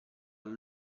alla